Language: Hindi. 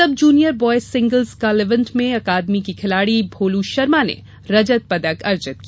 सब junior boys single scull event में अकादमी के खिलाड़ी भोलू शर्मा ने रजत पदक अर्जित किया